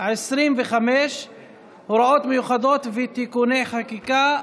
העשרים-וחמש (הוראות מיוחדות ותיקוני חקיקה),